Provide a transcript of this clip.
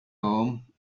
home